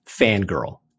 fangirl